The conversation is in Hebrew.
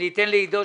אתן לעידו,